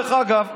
דרך אגב,